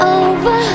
over